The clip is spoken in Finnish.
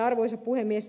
arvoisa puhemies